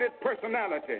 personality